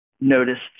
noticed